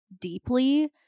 deeply